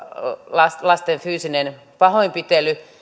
lasten lasten fyysinen pahoinpitely